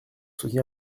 soutenir